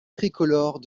tricolores